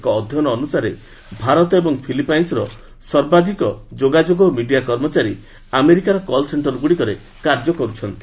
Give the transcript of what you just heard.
ଏକ ଅଧ୍ୟୟନ ଅନୁସାରେ ଭାରତ ଏବଂ ଫିଲିପାଇନ୍ର ସର୍ବାଧିକ ଯୋଗାଯୋଗା ଓ ମିଡିଆ କର୍ମଚାରୀ ଆମେରିକାର କଲସେଣ୍ଟର ଗୁଡିକରେ କାର୍ଯ୍ୟ କର୍ଚ୍ଚନ୍ତି